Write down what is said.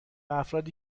افرادی